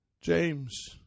James